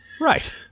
Right